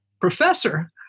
Professor